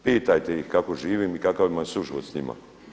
Pitajte ih kako živim i kakav imam suživot sa njima?